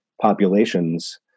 populations